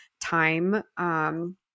time